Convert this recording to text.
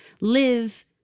live